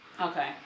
Okay